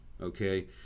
okay